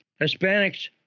Hispanics